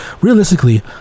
Realistically